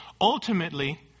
ultimately